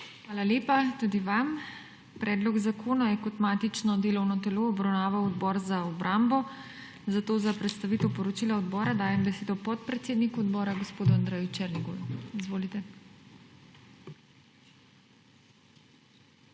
Hvala lepa tudi vam. Predlog zakona je kot matično delovno telo obravnaval Odbor za obrambo, zato za predstavitev poročila odbora dajem besedo podpredsedniku odbora gospodu Andreju Černigoju. Izvolite.